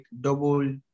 double